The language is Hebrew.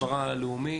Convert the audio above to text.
ההסברה הלאומי,